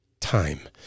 Time